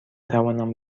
توانم